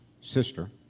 sister